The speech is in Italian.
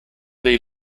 dei